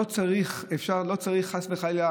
לא צריך חס וחלילה